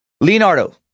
Leonardo